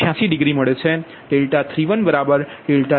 86 degree